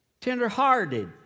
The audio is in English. tenderhearted